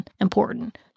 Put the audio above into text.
important